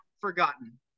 forgotten